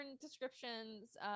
descriptions